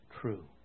true